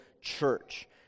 church